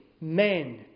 men